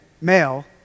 male